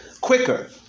quicker